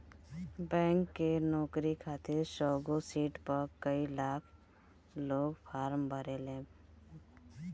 bank के नोकरी खातिर सौगो सिट पअ कई लाख लोग फार्म भरले बाटे